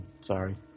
Sorry